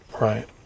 right